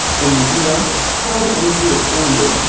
in the u s, flibe energy is founded.